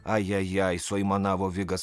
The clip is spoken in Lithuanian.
ajajai suaimanavo vigas